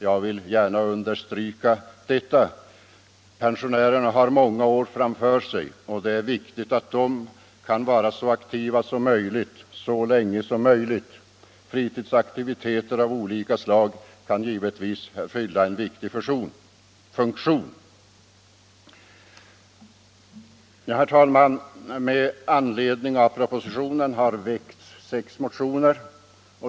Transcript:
Jag vill gärna understryka detta. Pensionärerna har många år framför sig, och det är viktigt att de kan vara så aktiva som möjligt så länge som möjligt. Fritidsaktiviteter av olika slag kan här fylla en viktig funktion. Herr talman! Med anledning av propositionen har väckts sex motioner.